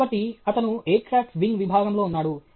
కాబట్టి అతను aircraft wing విభాగంలో ఉన్నాడు